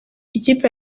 ikipe